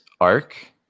arc